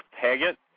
Paget